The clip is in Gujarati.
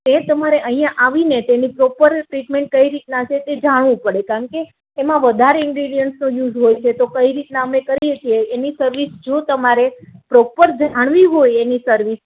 તે તમારે અહિયા આવીને તેની પ્રોપર ટ્રીટમેન્ટ કઈ રીતના છે તે જાણવું પડે કારણકે તેમાં વધારે ઇન્ગ્રેડીયન્સનો યુઝ હોય છે તો કઈ રીતના અમે કરીએ છીએ એની સર્વિસ જો તમારે પ્રોપર જાણવી હોય એની સર્વિસ